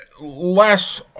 less